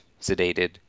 sedated